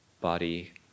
body